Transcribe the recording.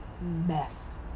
mess